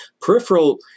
peripheral